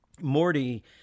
Morty